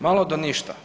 Malo do ništa.